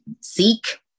seek